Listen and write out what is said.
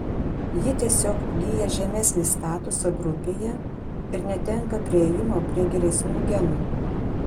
ji tiesiog įgyja žemesnį statusą grupėje ir netenka priėjimo prie geresnių genų